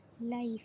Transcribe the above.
life